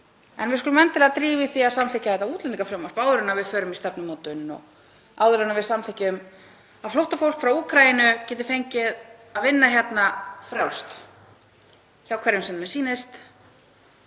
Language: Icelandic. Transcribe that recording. En við skulum endilega drífa í því að samþykkja þetta útlendingafrumvarp áður en við förum í stefnumótun og áður en við samþykkjum að flóttafólk frá Úkraínu geti fengið að vinna hérna frjálst hjá hverjum sem því sýnist,